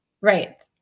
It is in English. Right